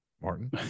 Martin